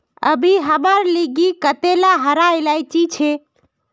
अभी हमार लिगी कतेला हरा इलायची छे